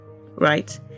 Right